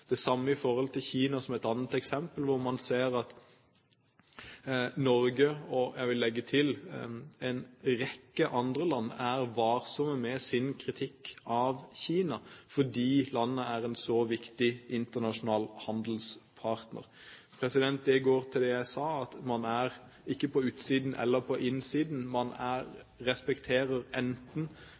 Det samme gjelder Kina, som er et annet eksempel. Man ser at Norge og – jeg vil legge til – en rekke andre land er varsomme med sin kritikk av Kina fordi landet er en så viktig internasjonal handelspartner. Det går på det jeg sa, at man er ikke på utsiden eller på innsiden – enten respekterer